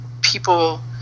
people